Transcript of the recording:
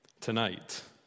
tonight